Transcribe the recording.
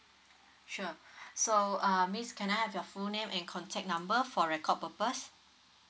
sure so uh miss can I have your full name and contact number for record purpose